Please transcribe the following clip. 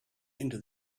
into